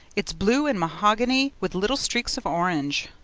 it's blue and mahogany with little streaks of orange.